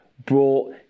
brought